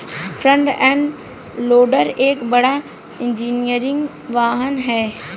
front end loader एक बड़ा engineering वाहन है